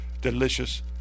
delicious